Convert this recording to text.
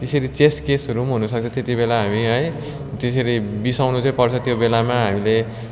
त्यसरी चेस्ट केसहरू पनि हुनु सक्छ त्यति बेला हामी है त्यसरी बिसाउनु चाहिँ पर्छ त्यो बेलामा हामीले